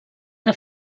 que